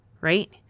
Right